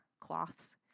cloths